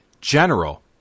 General